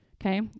Okay